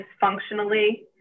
functionally